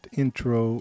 intro